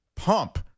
pump